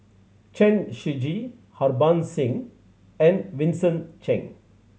Chen Shiji Harbans Singh and Vincent Cheng